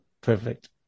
Perfect